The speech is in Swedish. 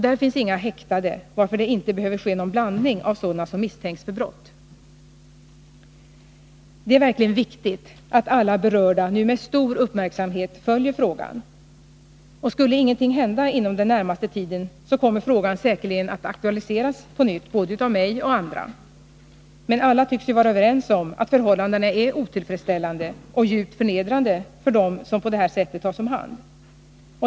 Där finns inga häktade, varför det inte behöver ske någon blandning med sådana som misstänks för brott. Det är verkligen viktigt att alla berörda nu med stor uppmärksamhet följer frågan. Skulle ingenting hända inom den närmaste tiden, kommer frågan säkerligen att aktualiseras på nytt av både mig och andra. Men alla tycks ju vara överens om att förhållandena är otillfredsställande och djupt förnedrande för dem som på detta sätt tas om hand.